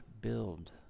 build